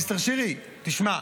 מיסטר שירי, תשמע,